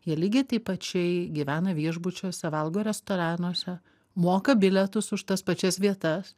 jie lygiai taip pačiai gyvena viešbučiuose valgo restoranuose moka bilietus už tas pačias vietas